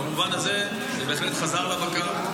במובן הזה זה בהחלט חזר לבקר.